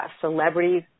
celebrities